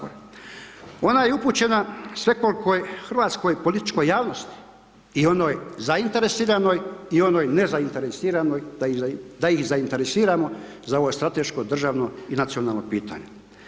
Ona je upućena svekolkoj hrvatskoj političkoj javnosti i onoj zainteresiranoj i onoj nezainteresiranoj da ih zainteresiramo za ovo strateško, državno i nacionalno pitanje.